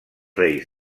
reis